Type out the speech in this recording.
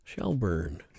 Shelburne